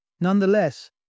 Nonetheless